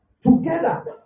together